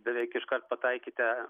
beveik iškart pataikėte